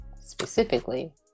Specifically